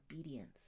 obedience